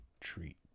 treat